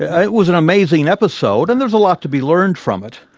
yeah it was an amazing episode, and there's a lot to be learned from it.